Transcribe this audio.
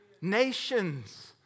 Nations